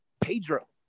Pedro